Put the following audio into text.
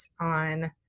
on